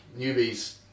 newbies